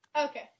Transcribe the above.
Okay